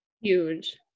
huge